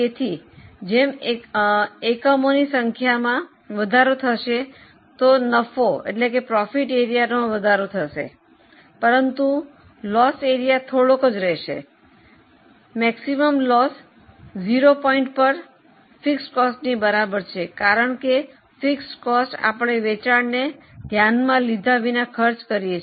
તેથી જેમ એકમોની સંખ્યામાં વધારો થશે તો નફા એરિયાનો વધારો થશે પરંતુ નુકસાન એરિયા થોડું રહેશે મહત્તમ નુકસાન 0 બિંદુ પર સ્થિર ખર્ચની બરાબર છે કારણ કે સ્થિર ખર્ચ આપણે વેચાણને ધ્યાનમાં લીધા વિના ખર્ચ કરીએ છીએ